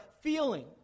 feeling